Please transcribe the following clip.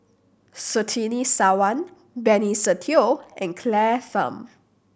Surtini Sarwan Benny Se Teo and Claire Tham